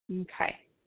Okay